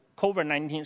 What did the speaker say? COVID-19